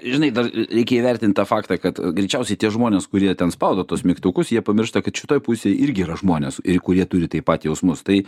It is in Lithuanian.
žinai dar reikia įvertint tą faktą kad greičiausiai tie žmonės kurie ten spaudo tuos mygtukus jie pamiršta kad šitoj pusėj irgi yra žmonės kurie turi taip pat jausmus tai